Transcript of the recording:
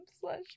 slash